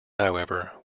however